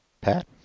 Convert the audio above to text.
Pat